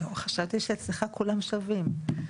חשבתי שאצלך כולם שווים.